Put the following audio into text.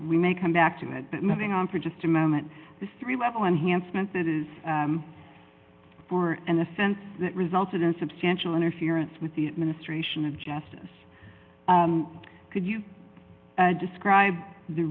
we may come back to that but moving on for just a moment this three level enhancement that is for in the sense that resulted in substantial interference with the administration of justice could you describe the